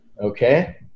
okay